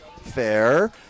Fair